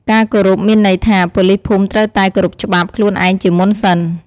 ការគោរពមានន័យថា ប៉ូលីសភូមិត្រូវតែ គោរពច្បាប់ ខ្លួនឯងជាមុនសិន។